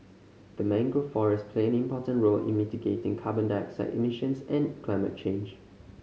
the mangrove forests play an important role in mitigating carbon dioxide emissions and climate change